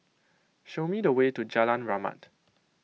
show me the way to Jalan Rahmat